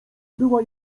była